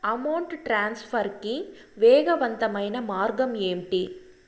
amount transfer కి వేగవంతమైన మార్గం ఏంటి